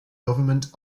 government